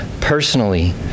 personally